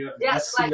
Yes